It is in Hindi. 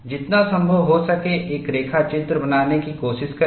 जितना संभव हो सके एक रेखा चित्र बनाने की कोशिश करें